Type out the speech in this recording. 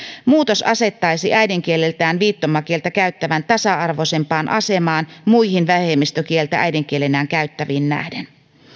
muutos asettaisi äidinkieleltään viittomakieltä käyttävän tasa arvoisempaan asemaan muihin vähemmistökieltä äidinkielenään käyttäviin nähden